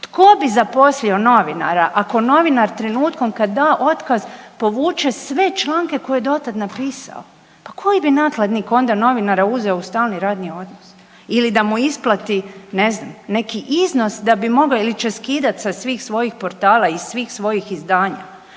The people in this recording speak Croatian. Tko bi zaposlio novinara ako novinar trenutkom kada da otkaz povuče sve članke koje je do tada napisao? Pa koji bi nakladnik onda novinara uzeo u stalni radni odnos ili da mu isplati ne znam neki iznos da bi mogao ili će skidati sa svih svojih portala i svih svojih izdanja?